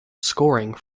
scoring